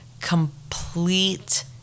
complete